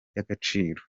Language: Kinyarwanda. y’agaciro